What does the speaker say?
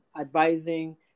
advising